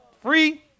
Free